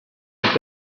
être